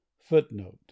footnote